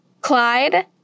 Clyde